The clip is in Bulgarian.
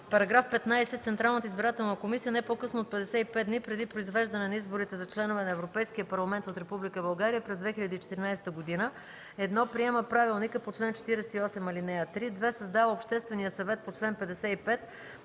§ 15: „§ 15. Централната избирателна комисия не по-късно от 55 дни преди произвеждане на изборите за членове на Европейския парламент от Република България през 2014 г.: 1. приема правилника по чл. 48, ал. 3; 2. създава обществения съвет по чл. 55